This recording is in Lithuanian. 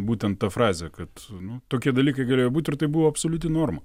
būtent ta frazė kad nu tokie dalykai galėjo būt ir tai buvo absoliuti norma